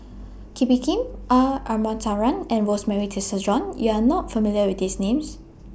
Kee Bee Khim R Ramachandran and Rosemary Tessensohn YOU Are not familiar with These Names